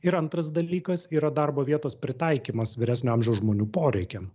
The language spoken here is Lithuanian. ir antras dalykas yra darbo vietos pritaikymas vyresnio amžiaus žmonių poreikiam